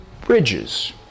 bridges